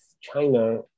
China